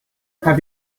have